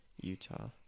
Utah